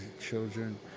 children